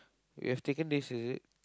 you have taken this is it